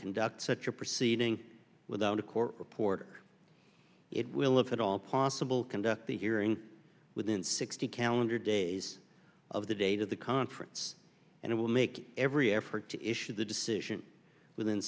conduct such a proceeding without a court reporter it will look at all possible conduct the hearing within sixty calendar days of the date of the conference and it will make every effort to issue the decision within